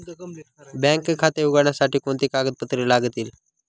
Bank खाते उघडण्यासाठी कोणती कागदपत्रे लागतील?